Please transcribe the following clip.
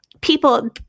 people